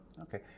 Okay